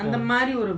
yes